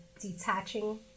detaching